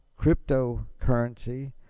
cryptocurrency